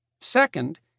Second